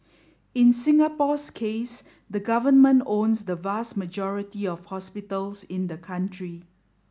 in Singapore's case the Government owns the vast majority of hospitals in the country